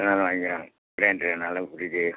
எதுனாலும் வாங்கிகிறேங்க க்ரேண்ட்ரு வேணுனாலும் ஃப்ரிட்ஜி